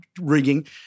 rigging